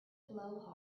blow